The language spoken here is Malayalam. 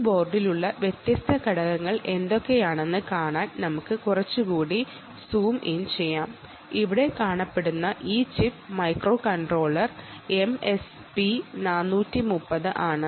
ഈ ബോർഡിലുള്ള വ്യത്യസ്ത ഘടകങ്ങൾ എന്തൊക്കെയാണെന്ന് നമുക്ക് കുറച്ചുകൂടി സൂം ഇൻ ചെയ്തു കാണാം ഇവിടെ കാണുന്ന ഈ ചിപ്പ് മൈക്രോ കൺട്രോളർ എംഎസ്പി 430 ആണ്